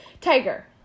Tiger